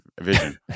vision